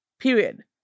period